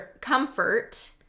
comfort